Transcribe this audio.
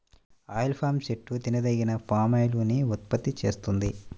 oil palm చెట్టు తినదగిన palm oil ని ఉత్పత్తి చేస్తుంది